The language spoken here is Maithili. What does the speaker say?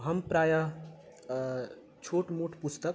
हम प्रायः छोट मोट पुस्तक